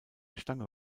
stange